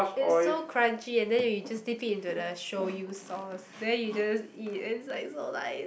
it's so crunchy and then you just dip it into the shoyu sauce then you just eat and it's like so nice